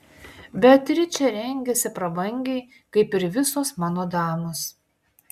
beatričė rengiasi prabangiai kaip ir visos mano damos